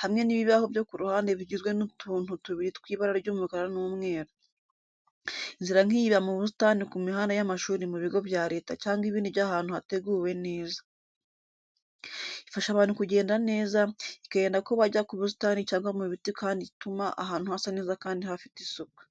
hamwe n'ibibaho byo ku ruhande bigizwe n'utuntu tubiri tw'ibara ry'umukara n'umweru. Inzira nk’iyi iba mu busitani ku mihanda y’amashuri mu bigo bya Leta cyangwa ibindi by'ahantu hateguwe neza. Ifasha abantu kugenda neza, ikarinda ko bajya ku busitani cyangwa mu biti kandi ituma ahantu hasa neza kandi hafite isuku.